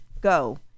Go